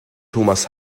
thomas